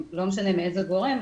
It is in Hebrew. לא משנה מאיזה גורם,